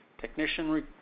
Technician